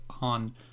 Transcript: on